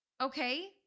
Okay